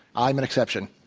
i'm an exception.